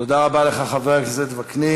תודה רבה לך, חבר הכנסת וקנין.